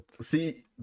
See